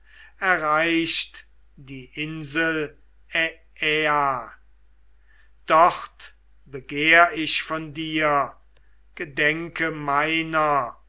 erreicht die insel aiaia dort begehr ich von dir gedenke meiner